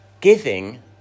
giving